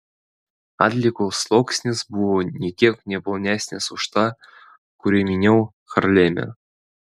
atliekų sluoksnis buvo nė kiek ne plonesnis už tą kurį myniau harleme